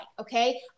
Okay